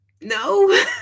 No